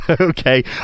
Okay